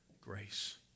grace